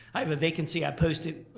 i have a vacancy i post it,